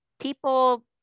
people